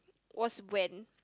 was when